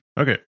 Okay